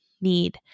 need